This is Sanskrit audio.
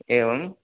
एवम्